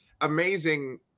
amazing